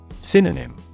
Synonym